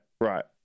right